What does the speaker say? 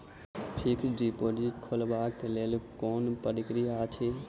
Fixed deposit खोलबाक लेल केँ कुन प्रक्रिया अछि?